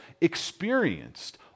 experienced